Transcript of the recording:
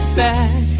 back